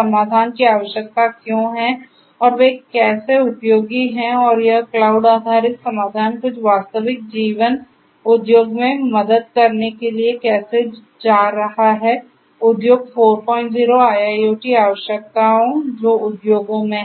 समाधान की आवश्यकता क्यों है और वे कैसे उपयोगी हैं और यह क्लाउड आधारित समाधान कुछ वास्तविक जीवन उद्योग में मदद करने के लिए कैसे जा रहा है उद्योग 40 आईआईओटी आवश्यकताओं जो उद्योगों में हैं